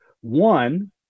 One